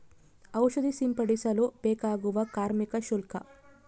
ಔಷಧಿ ಸಿಂಪಡಿಸಲು ಬೇಕಾಗುವ ಕಾರ್ಮಿಕ ಶುಲ್ಕ?